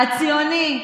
הציוני,